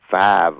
five